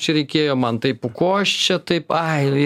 čia reikėjo man taip o ko aš čia taip ai